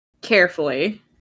Carefully